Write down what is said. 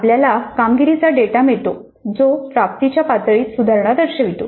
आपल्याला कामगिरीचा डेटा मिळतो जो प्राप्तीच्या पातळीत सुधारणा दर्शवितो